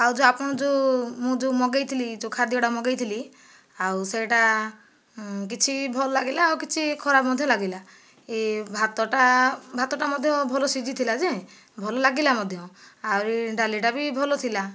ଆଉ ଯୋଉ ଆପଣ ଯୋଉ ମୁଁ ଯୋଉ ମଗେଇଥିଲି ଯୋଉ ଖାଦ୍ୟଟା ମଗେଇଥିଲି ଆଉ ସେଇଟା କିଛି ଭଲ ଲାଗିଲା ଆଉ କିଛି ଖରାପ ମଧ୍ୟ ଲାଗିଲା ଏ ଭାତଟା ଭାତଟା ମଧ୍ୟ ଭଲ ସିଝି ଥିଲା ଯେ ଭଲ ଲାଗିଲା ମଧ୍ୟ ଆହୁରି ଡାଲିଟା ବି ଭଲ ଥିଲା